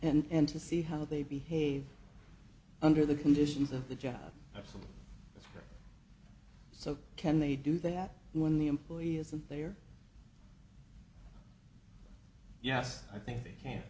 office and to see how they behave under the conditions of the job that's so can they do that when the employee isn't there yes i think they can